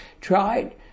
tried